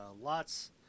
lots